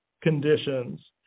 conditions